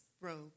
robe